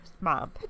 mom